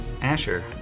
Asher